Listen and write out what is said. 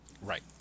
Right